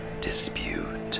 dispute